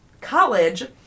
college